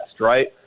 right